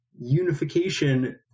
unification